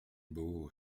beau